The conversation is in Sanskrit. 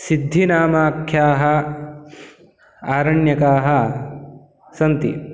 सिद्धिनामाख्याः आरण्यकाः सन्ति